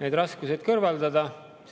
need raskused kõrvaldada,